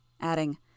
adding